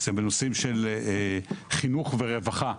בנושאים של חינוך ורווחה,